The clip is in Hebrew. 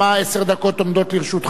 עשר דקות עומדות לרשותך.